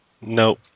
Nope